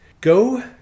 go